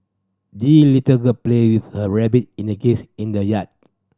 the little girl played with her rabbit and geese in the yard